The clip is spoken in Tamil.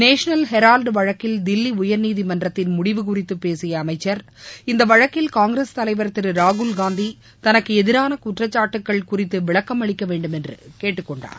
நேஷ்னல் ஹெராவ்டு வழக்கில் தில்லி உயர்நீதிமன்றத்தின் முடிவு குறித்து பேசிய அமைச்சர் இந்த வழக்கில் காங்கிரஸ் தலைவர் திரு ராகுல்காந்தி தனக்கு எதிரான குற்றச்சாட்டுக்கள் குறித்து விளக்கம் அளிக்க வேண்டும் என்று கேட்டுக் கொண்டார்